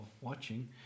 watching